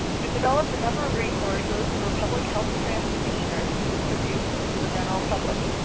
we've developed a number of resources for public health practitioners to distribute to the general public.